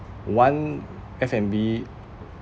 one f and b